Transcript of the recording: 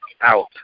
Out